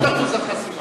את אחוז החסימה.